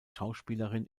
schauspielerin